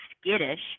skittish